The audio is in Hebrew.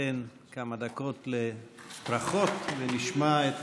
ניתן כמה דקות לברכות ונשמע את